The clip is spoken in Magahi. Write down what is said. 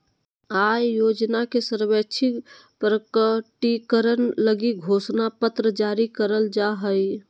आय योजना के स्वैच्छिक प्रकटीकरण लगी घोषणा पत्र जारी करल जा हइ